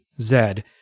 Zed